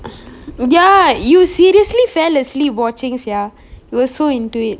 ya you seriously fell asleep watching sia you were so into it